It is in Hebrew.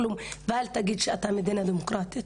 כלום ואז אל תגיד שזאת מדינה דמוקרטית,